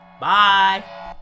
Bye